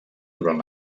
durant